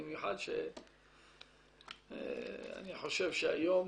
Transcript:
במיוחד שאני חושב שהיום